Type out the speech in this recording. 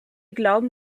glauben